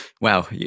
Wow